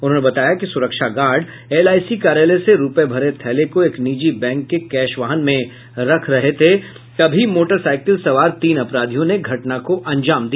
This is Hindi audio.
उन्होंने बताया कि सुरक्षा गार्ड एलआईसी कार्यालय से रूपये भरे थैले को एक निजी बैंक के कैशवाहन में रख रहे थे तभी मोटरसाईकिल सवार तीन अपराधियों ने घटना को अंजाम दिया